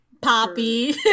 poppy